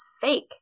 fake